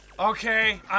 Okay